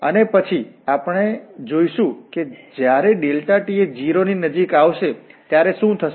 અને પછી આપણે જોઈશું કે જ્યારે ∆t એ 0 ની નજીક આવશે ત્યારે શું થશે